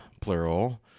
plural